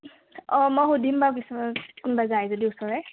অ মই সুধিম বাৰু কোনোবা যায় যদি ওচৰৰে